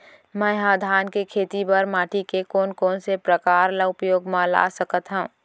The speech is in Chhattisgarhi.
मै ह धान के खेती बर माटी के कोन कोन से प्रकार ला उपयोग मा ला सकत हव?